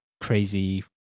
Crazy